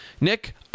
Nick –